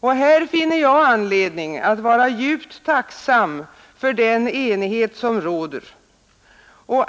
Och där finner jag anledning att vara djupt tacksam för den enighet som råder.